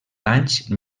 anys